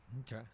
Okay